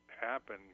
happen